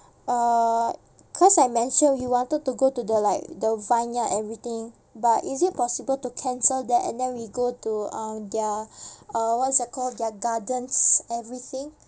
uh cause I mentioned we wanted to go to the like the vineyard everything but is it possible to cancel that and then we go to uh their uh what's that called their gardens everything